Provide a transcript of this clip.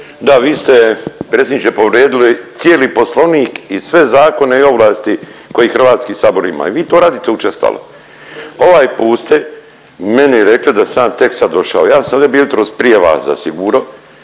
Da vi ste predsjedniče povrijedili cijeli Poslovnik i sve zakone i ovlasti koje Hrvatski sabor ima i vi to radite učestalo. Ovaj put ste meni rekli da sam ja tek sad došao. Ja sam ovdje bio jutros prije vas zasigurno